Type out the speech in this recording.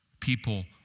People